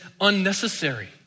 unnecessary